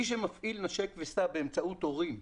מי שמפעיל נשק וסע באמצעות הורים,